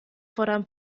fordern